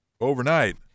overnight